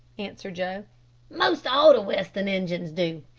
answered joe most all the western injuns do.